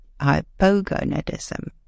hypogonadism